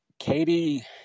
Katie